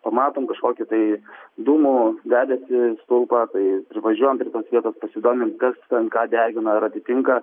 pamatom kažkokį tai dūmų debesį stulpą tai privažiuojam prie tos vietos pasidomim kas ten ką degina ar atitinka